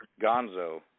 Gonzo